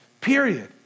Period